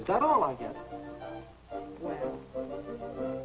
is that all i get